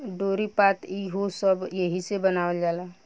डोरी, पाट ई हो सब एहिसे बनावल जाला